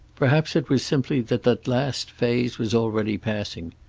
perhaps it was simply that that last phase was already passing.